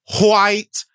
white